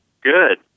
Good